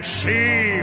see